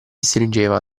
stringeva